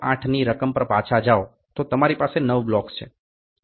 08ની રકમ પર પાછા જાઓ તો તમારી પાસે નવ બ્લોક્સ છે બરાબર